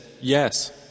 Yes